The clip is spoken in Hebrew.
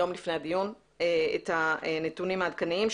יום לפני הדיון, את הנתונים העדכניים.